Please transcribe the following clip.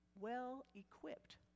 well-equipped